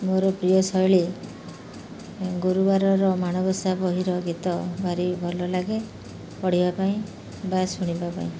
ମୋର ପ୍ରିୟ ଶୈଳୀ ଗୁରୁବାରର ମାଣବସା ବହିର ଗୀତ ଭାରି ଭଲ ଲାଗେ ପଢ଼ିବା ପାଇଁ ବା ଶୁଣିବା ପାଇଁ